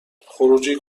خروجی